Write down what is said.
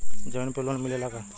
जमीन पर लोन मिलेला का?